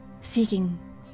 seeking